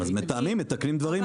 אז מתאמים, מתקנים דברים פה.